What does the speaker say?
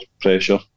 pressure